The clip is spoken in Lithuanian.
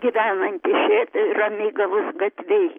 gyvenanti šėtoj ramygalos gatvėj